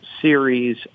series